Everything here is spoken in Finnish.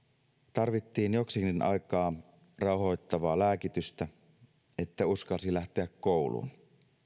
tarvittiin joksikin aikaa rauhoittavaa lääkitystä että uskalsi lähteä kouluun